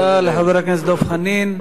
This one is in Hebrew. תודה לחבר הכנסת דב חנין.